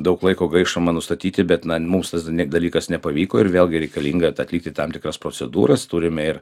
daug laiko gaištama nustatyti bet na mums tas ne dalykas nepavyko ir vėlgi reikalinga t atlikti tam tikras procedūras turime ir